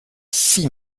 six